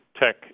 tech